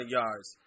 yards